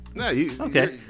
Okay